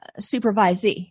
supervisee